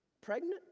Pregnant